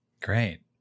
Great